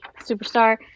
Superstar